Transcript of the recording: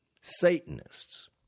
Satanists